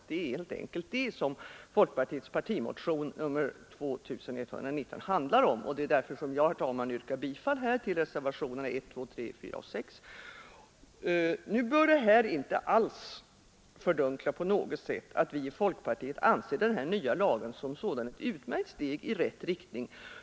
Det är helt enkelt det som folkpartiets partimotion nr 2119 handlar om, och det är därför jag, herr talman, yrkar bifall till reservationerna 1, 2, 3, 4 och 6. Nu bör det här inte på något sätt fördunkla att vi i folkpartiet anser den nya lagen som sådan vara ett utmärkt steg i rätt riktning.